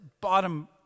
bottom